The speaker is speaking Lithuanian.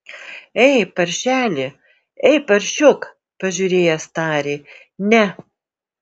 ei paršeli ei paršiuk pažiūrėjęs tarė ne